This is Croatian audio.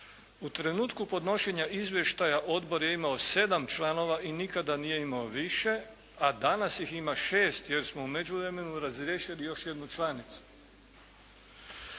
U trenutku podnošenja izvještaja odbor je imao 7 članova i nikada nije imao više, a danas ih ima 6, jer smo u međuvremenu razriješili još jednu članicu.